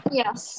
yes